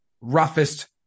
roughest